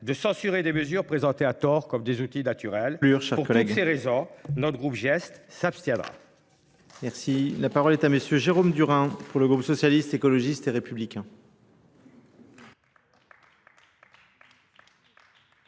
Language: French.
de censurer des mesures présentées à tort comme des outils naturels. Pour toutes ces raisons, notre groupe geste s'abstiendra. Merci. La parole est à monsieur Jérôme Durand pour le groupe socialiste, écologiste et républicain.